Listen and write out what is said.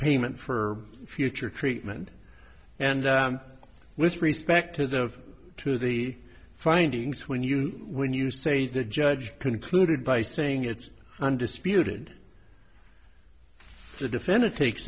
payment for future treatment and with respect to the to the findings when you when you say the judge concluded by saying it's undisputed the defendant takes